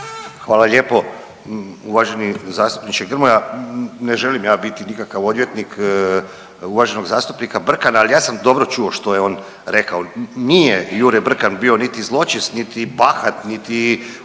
Hvala lijepo uvaženi zastupniče Grmoja. Ne želim ja biti nikakav odvjetnik uvaženog zastupnika Brkana, ali ja sam dobro čuo što je on rekao, nije Jure Brkan bio niti zločest niti bahat niti u bilo